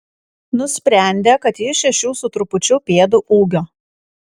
nusprendė kad jis šešių su trupučiu pėdų ūgio